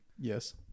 Yes